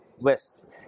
West